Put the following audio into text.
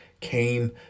came